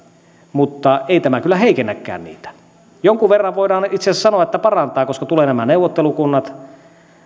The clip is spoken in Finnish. mutta ei tämä kyllä heikennäkään niitä jonkun verran voidaan itse asiassa sanoa että parantaa koska tulee nämä neuvottelukunnat